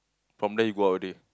from there you go up already